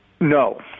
No